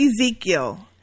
Ezekiel